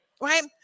right